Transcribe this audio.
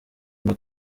ngo